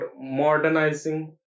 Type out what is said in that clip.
modernizing